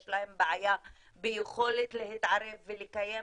יש להן בעיה ביכולת להתערב ולקיים